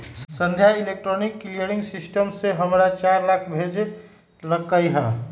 संध्या electronic clearing system से हमरा चार लाख भेज लकई ह